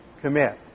commit